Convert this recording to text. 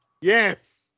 Yes